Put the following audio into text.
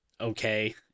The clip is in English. okay